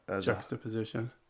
juxtaposition